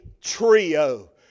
trio